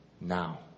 now